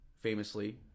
famously